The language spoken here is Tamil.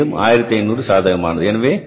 இது மீண்டும் 1500 சாதகமானது